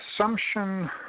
assumption